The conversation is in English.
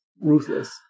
ruthless